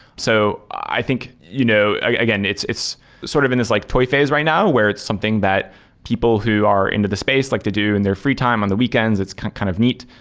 so i think, you know again, it's it's sort of in this like toy phase right now where it's something that people who are into the space like they do in their free time on the weekends, it's kind of neat.